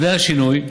לפני השינוי,